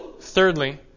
thirdly